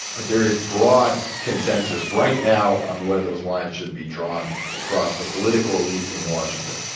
but there is broad consensus right now on where those lines should be drawn across the political elite in washington.